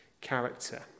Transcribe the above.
character